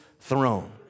throne